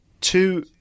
two